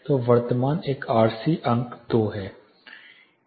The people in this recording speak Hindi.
तो वर्तमान एक आरसी अंक 2 है